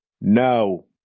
no